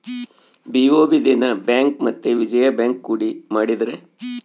BOB Dena bank ಮತ್ತೆ Vijaya bank ಕೂಡಿ ಮಾಡಿದರೆ